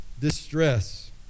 distress